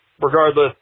Regardless